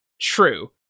True